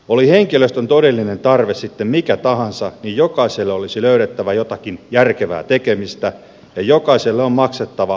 oli henkilöstön todellinen tarve sitten mikä tahansa niin jokaiselle olisi löydettävä jotakin järkevää tekemistä ja jokaiselle on maksettava harmonisoitu palkka